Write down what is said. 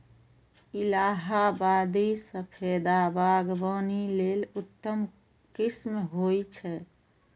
इलाहाबादी सफेदा बागवानी लेल उत्तम किस्म होइ छै